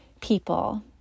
people